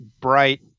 bright